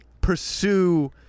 pursue